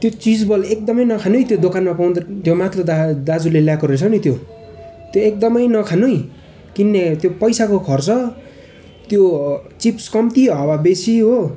त्यो चिज बल एकदमै नखानु है त्यो दोकानमा पाउँदा त्यो माथलो दा दाजुले ल्याएको रहेछ नि त्यो त्यो एकदमै नखानु है किन्ने त्यो पैसाको खर्च त्यो चिप्स कम्ती हावा बेसी हो